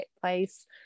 place